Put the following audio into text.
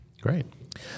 Great